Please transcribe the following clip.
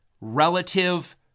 relative